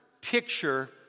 picture